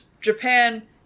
Japan